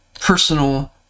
personal